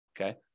okay